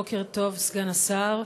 בוקר טוב, סגן השר.